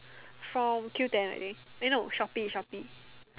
from Q ten I think no Shoppe Shoppe